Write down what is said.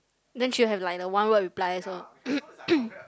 then should have like the one word reply also